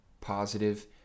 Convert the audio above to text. positive